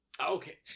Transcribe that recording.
Okay